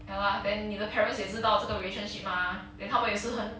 ya lah then 你的 parents 也知道这个 relationship mah then 他们也是很